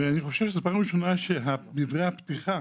ואני חושב שזאת פעם ראשונה שדברי הפתיחה